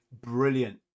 brilliant